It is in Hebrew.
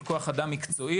של כוח אדם מקצועי.